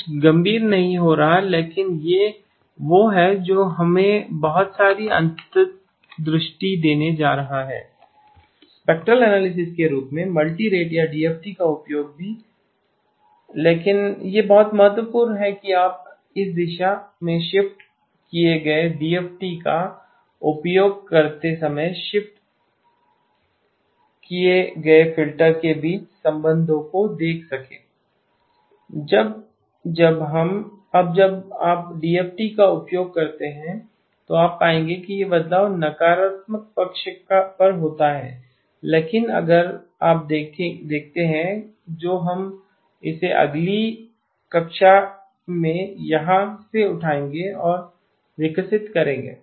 कुछ गम्भीर नहीं हो रहा है लेकिन यह वह है जो हमें बहुत सारी अंतर्दृष्टि देने जा रहा है एक स्पेक्ट्रल एनालिसिस के रूप में मल्टीरेट या डीएफटी का उपयोग भी लेकिन यह बहुत महत्वपूर्ण है कि आप इस दिशा में शिफ्ट किए गए आईडीएफटी का उपयोग करते समय शिफ्ट किए गए फ़िल्टर के बीच संबंधों को देखें अब जब आप डीएफटी का उपयोग करते हैं तो आप पाएंगे कि यह बदलाव नकारात्मक पक्ष पर होता है लेकिन अगर आप देखते हैं तो हम इसे अगली कक्षा में यहाँ से उठाएंगे और विकसित करेंगे